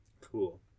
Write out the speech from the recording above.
Cool